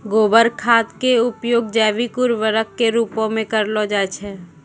गोबर खाद के उपयोग जैविक उर्वरक के रुपो मे करलो जाय छै